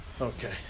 Okay